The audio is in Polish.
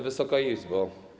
Wysoka Izbo!